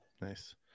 Nice